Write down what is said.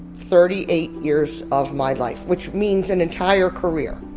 thirty eight years of my life which means an entire career.